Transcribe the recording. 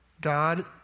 God